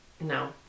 No